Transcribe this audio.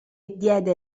diede